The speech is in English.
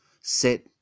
set